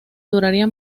duraría